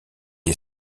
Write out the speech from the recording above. est